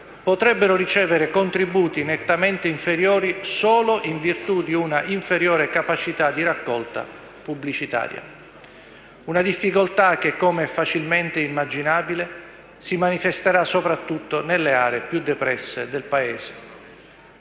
potrebbero ricevere contributi nettamente inferiori solo in virtù di una inferiore capacità di raccolta pubblicitaria; una difficoltà che - come è facilmente immaginabile - si manifesterà soprattutto nelle aree più depresse del Paese.